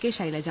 K Shailaja